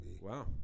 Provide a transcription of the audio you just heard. Wow